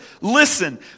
Listen